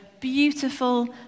beautiful